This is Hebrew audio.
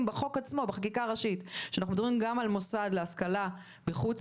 בחקיקה הראשית כשאנחנו מדברים גם על מוסד להשכלה בחו"ל